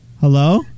hello